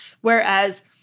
Whereas